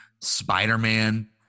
Spider-Man